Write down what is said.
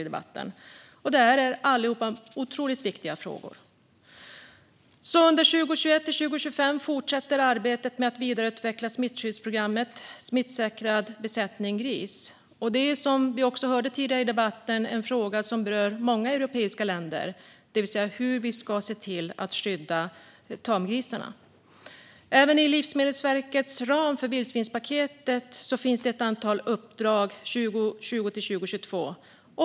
Detta är otroligt viktiga frågor. Under 2021-2025 fortsätter arbetet med att vidareutveckla smittskyddsprogrammet Smittsäkrad besättning gris. Hur vi ska skydda tamgrisarna är, som vi hörde tidigare i debatten, en fråga som berör många europeiska länder. Även Livsmedelsverket har inom ramen för vildsvinspaketet fått ett antal uppdrag för 2020-2022.